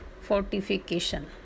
fortification